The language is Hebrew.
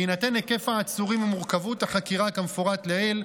בהינתן היקף העצורים ומורכבות החקירה כמפורט לעיל,